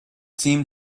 seemed